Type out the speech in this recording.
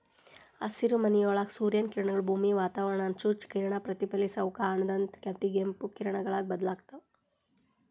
ಹಸಿರುಮನಿಯೊಳಗ ಸೂರ್ಯನ ಕಿರಣಗಳು, ಭೂಮಿಯ ವಾತಾವರಣಾನ ಚುಚ್ಚಿ ಕಿರಣ ಪ್ರತಿಫಲಿಸಿ ಅವು ಕಾಣದಂತ ಅತಿಗೆಂಪು ಕಿರಣಗಳಾಗಿ ಬದಲಾಗ್ತಾವ